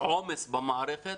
עומס במערכת.